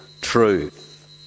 truth